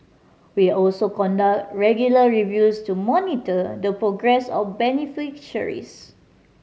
we also conduct regular reviews to monitor the progress of beneficiaries